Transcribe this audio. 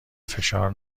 فشار